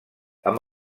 amb